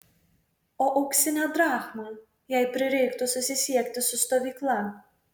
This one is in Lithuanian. o auksinę drachmą jei prireiktų susisiekti su stovykla